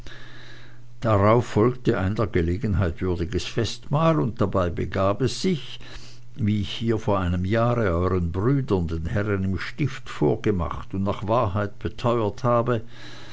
darauf folgte ein der gelegenheit würdiges festmahl und dabei begab es sich wie ich hier vor einem jahre euern brüdern den herren im stift vorgemacht und nach wahrheit beteuert habe